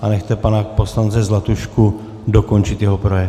A nechte pana poslance Zlatušku dokončit jeho projev.